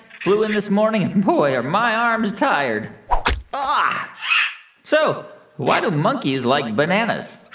flew in this morning. and boy, are my arms tired um ah so why do monkeys like bananas?